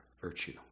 virtue